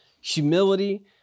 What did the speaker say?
humility